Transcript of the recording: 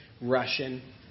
Russian